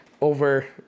over